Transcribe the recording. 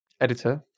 editor